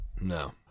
No